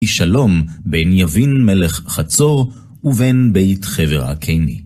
היא שלום בין יבין מלך חצור ובין בית חבר הקני.